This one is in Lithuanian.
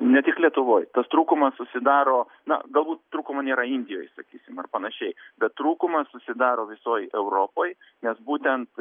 ne tik lietuvoj tas trūkumas susidaro na galbūt trūkumo nėra indijoj sakysim ar panašiai bet trūkumas susidaro visoj europoj nes būtent